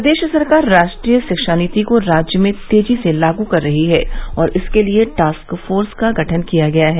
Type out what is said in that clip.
प्रदेश सरकार राष्ट्रीय शिक्षा नीति को राज्य में तेजी से लागू कर रही है और इसके लिए टास्क फोर्स का गठन किया गया है